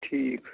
ٹھیٖک